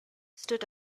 stood